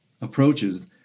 approaches